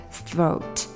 throat